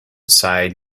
side